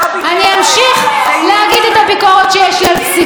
אני אמשיך להגיד את הביקורת שיש לי על פסיקות.